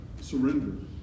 surrender